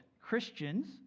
Christians